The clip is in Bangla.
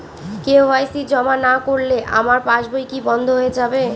কে.ওয়াই.সি জমা না করলে আমার পাসবই কি বন্ধ হয়ে যাবে?